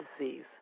disease